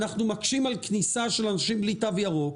אנחנו מקשים על כניסה של אנשים בלי תו ירוק,